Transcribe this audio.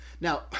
Now